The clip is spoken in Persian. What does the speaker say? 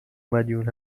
مدیون